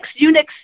Unix